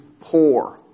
poor